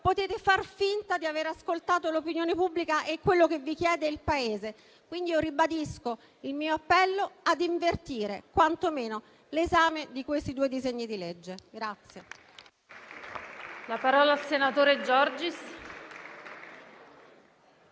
almeno far finta di aver ascoltato l'opinione pubblica e quello che vi chiede il Paese. Ribadisco quindi il mio appello a invertire quantomeno l'esame di questi due disegni di legge.